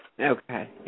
Okay